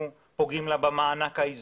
כאשר אנחנו פוגעים לה במענק האיזון